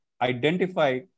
identify